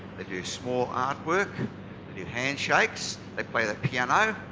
they do small artwork. they do handshakes. they play the piano.